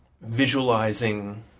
visualizing